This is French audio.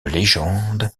légende